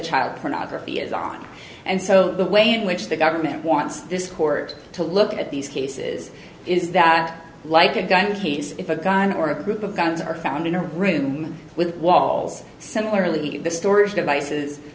child pornography is on and so the way in which the government wants this court to look at these cases is that like a gun case if a gun or a group of guns are found in a room with walls similarly the storage devices